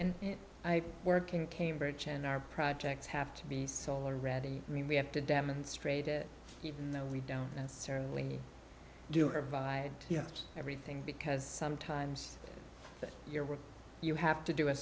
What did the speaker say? and i work in cambridge and our projects have to be solar ready i mean we have to demonstrate it even though we don't necessarily need to do it by yes everything because sometimes your work you have to do a